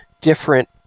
different